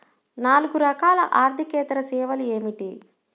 నాలుగు రకాల ఆర్థికేతర సేవలు ఏమిటీ?